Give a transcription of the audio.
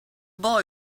boy